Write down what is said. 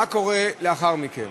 מה קורה לאחר מכן?